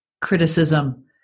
criticism